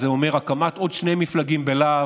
וזה אומר הקמת עוד שני מפלגים בלהב,